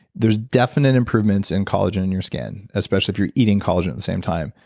there's definite improvements in collagen in your skin especially if you're eating collagen at the same time.